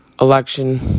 election